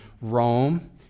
Rome